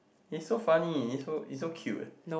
it's so funny it's so it's so cute